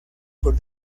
por